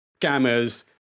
scammers